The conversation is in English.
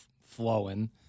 flowing